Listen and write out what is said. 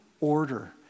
order